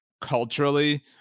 culturally